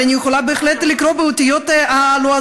אבל אני יכולה בהחלט לקרוא באותיות הלועזיות,